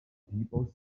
people